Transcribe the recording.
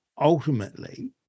ultimately